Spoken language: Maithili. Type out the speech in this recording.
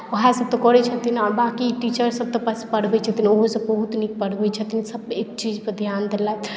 उएहसभ तऽ करैत छथिन आ बाँकी टीचरसभ तऽ बस पढ़बैत छथिन ओहोसभ बहुत नीक पढ़बैत छथिन सभ एक चीजपर ध्यान देलथि